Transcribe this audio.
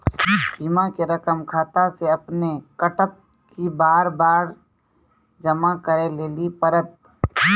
बीमा के रकम खाता से अपने कटत कि बार बार जमा करे लेली पड़त?